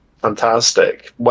Fantastic